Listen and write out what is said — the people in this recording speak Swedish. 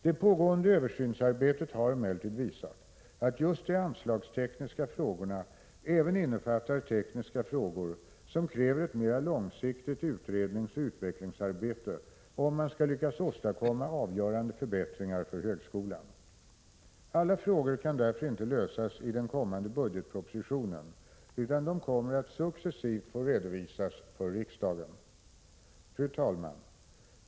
Det pågående översynsarbetet har emellertid visat att just de anslagstekniska frågorna även innefattar tekniska frågor som kräver ett mera långsiktigt utredningsoch utvecklingsarbete om man skall lyckas åstadkomma avgörande förbättringar för högskolan. Alla frågor kan därför inte lösas i den kommande budgetpropositionen, utan de kommer att successivt få redovisas för riksdagen. Fru talman!